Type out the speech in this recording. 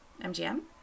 MGM